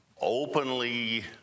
openly